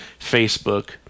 Facebook